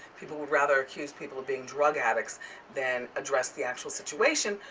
people would rather accuse people of being drug addicts than address the actual situation,